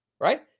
right